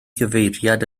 gyfeiriad